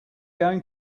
going